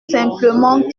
simplement